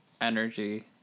energy